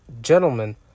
gentlemen